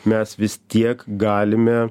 mes visi tiek galime